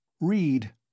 Read